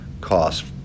cost